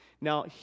Now